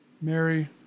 Mary